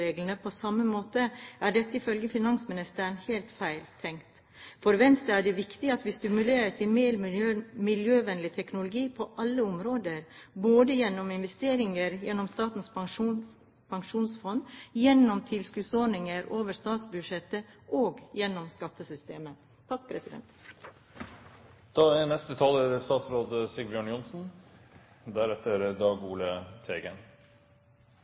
på samme måte, er dette ifølge finansministeren helt feil tenkt. For Venstre er det viktig at vi stimulerer til mer miljøvennlig teknologi på alle områder, både gjennom investeringer gjennom Statens pensjonsfond, gjennom tilskuddsordninger over statsbudsjettet og gjennom skattesystemet.